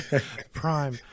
Prime